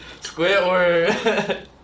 Squidward